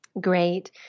Great